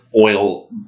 oil